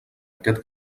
aquest